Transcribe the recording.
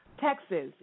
Texas